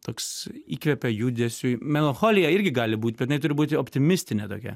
toks įkvepia judesiui melancholija irgi gali būt bet jinai turi būti optimistinė tokia